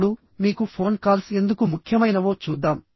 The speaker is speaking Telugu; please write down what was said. ఇప్పుడు మీకు ఫోన్ కాల్స్ ఎందుకు ముఖ్యమైనవో చూద్దాం